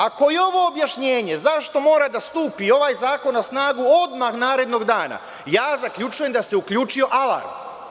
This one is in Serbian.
Ako je ovo objašnjenje zašto mora da stupi ovaj zakon na snagu odmah narednog dana, zaključujem da se uključio alarm.